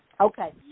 Okay